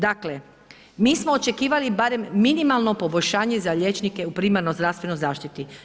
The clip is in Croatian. Dakle mi smo očekivali barem minimalno poboljšanje za liječnike u primarnoj zdravstvenoj zaštiti.